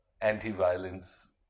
anti-violence